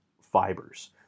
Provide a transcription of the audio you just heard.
fibers